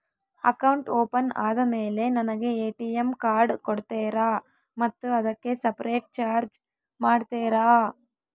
Account open ಆದಮೇಲೆ ನನಗೆ ATM card ಕೊಡ್ತೇರಾ ಮತ್ತು ಅದಕ್ಕೆ ಸಪರೇಟ್ ಚಾರ್ಜ್ ಮಾಡ್ತೇರಾ?